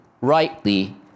rightly